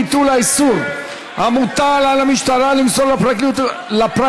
ביטול האיסור המוטל על המשטרה למסור לפרקליטות